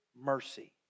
mercy